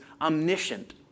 omniscient